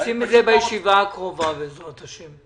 זה בישיבה הקרובה בעזרת השם.